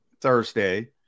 Thursday